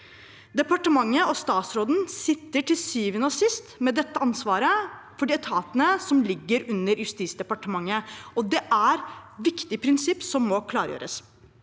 Departementet og statsråden sitter til syvende og sist med dette ansvaret for de etatene som ligger under Justisdepartementet. Det er et viktig prinsipp som må klargjøres.